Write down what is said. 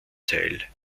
teil